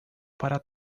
para